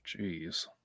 Jeez